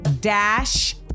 dash